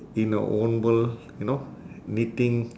in her own world you know knitting